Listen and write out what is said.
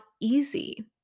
easy